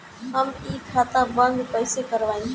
हम इ खाता बंद कइसे करवाई?